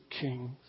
kings